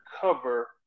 cover